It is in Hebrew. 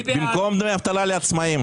מי בעד קבלת ההסתייגות?